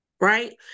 right